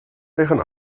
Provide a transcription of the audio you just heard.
liggen